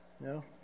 No